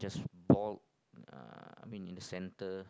just bald uh I mean in the center